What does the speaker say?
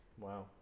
Wow